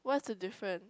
what's the difference